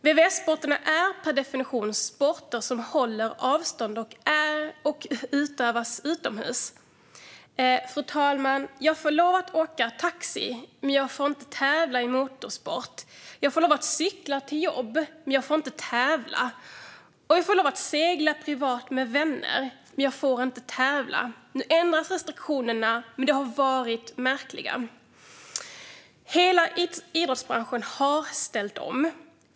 VVS-sporterna är per definition sporter där man håller avstånd och som man utövar utomhus. Fru talman! Jag får lov att åka taxi, men jag får inte tävla i motorsport. Jag får lov att cykla till jobb, men jag får inte tävla. Jag får också lov att segla privat, med vänner, men jag får inte tävla. Nu ändras restriktionerna, men de har varit märkliga. Hela idrottsbranschen har ställt om.